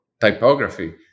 typography